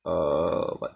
err